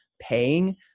paying